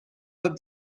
would